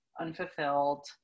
unfulfilled